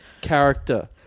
character